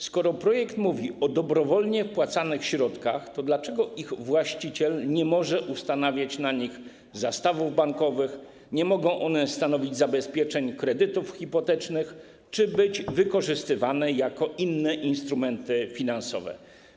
Skoro projekt mówi o dobrowolnie wpłacanych środkach, to dlaczego ich właściciel nie może ustanawiać na nich zastawów bankowych, dlaczego nie mogą one stanowić zabezpieczeń kredytów hipotetycznych czy być wykorzystywane jako inne instrumenty finansowe?